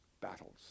battles